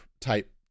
type